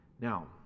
Now